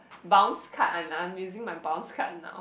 bounce card I am I am using my bounce card now